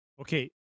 Okay